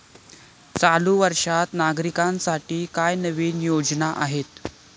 चालू वर्षात नागरिकांसाठी काय नवीन योजना आहेत?